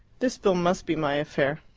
this bill must be my affair.